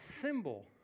symbol